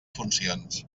funcions